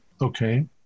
okay